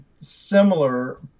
similar